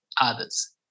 others